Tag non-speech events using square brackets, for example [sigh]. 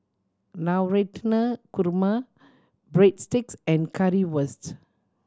[unintelligible] Korma Breadsticks and Currywurst